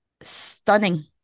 stunning